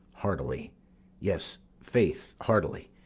heartily yes, faith, heartily.